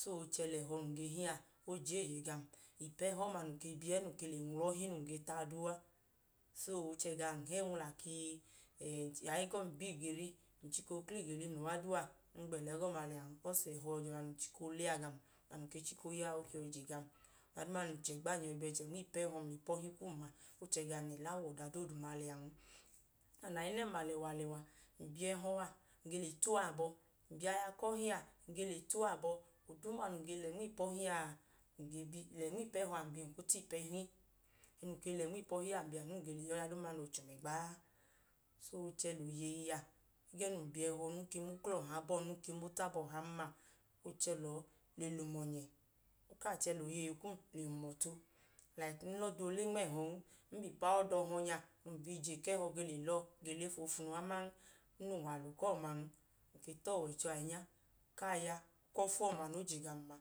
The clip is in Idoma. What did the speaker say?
So, o chẹ lẹẹhọ num ge hi a, o je eeye gam. Ipu ẹhọ ọma num ke bi ẹẹ num ke le nwla ọhi num ke i ta a duu a. So, o chẹ gam hẹnwla ka aẹgọm ba igeri, ng chika ookla igeli mla uwa duu a, ng gbẹla ẹgọma i liyan bikọọs, ẹhọ a ge je ọda num chika oole a gam. Ọda num chika ooya a, o ke yọi je gam. Ọda duuma num chẹgba ng yọi bi bẹchẹ nma ipu ẹhọ mla ipu ọhi kum a. O chẹ gam lẹẹla wu ọda dooduma liyan. Ayinẹm alẹwa alẹwa ng bi ẹhọ a ng ge le ta uwa abọ. Ng bi aya ku ọhi a ng ge ta uwa abọ. Oduuma num ge lẹ nma ipu ọhi a, ng ge bi, lẹ nma ipu ẹhọ a, ng ge bi ng kwu ta ipu ọhi. Ẹẹ num ke i lẹ nma ipu ọhi a, num ge bi le ya ọda noo che um ẹgba a. So, o chẹ lẹ oyeyi a ẹgẹẹ num bi ẹhọ a, num ke ma uklọọhan, num ke ma otabọọha lọọn ma chẹ lọọ ge lẹ um ọnyẹ kaachẹ lẹ oyeyi kum le hum ọtu. Like, ng la ọda oole nma ẹhọn ng bẹ ipu aọda ọhọnya num ge bi ije ku ẹhọ le la ọọ foofunu a, aman ng lẹ unwalu ku ọman. Ng keta ọwọicho ahinya ohigbu ku ọfu ọma noo je gama.